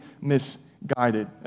misguided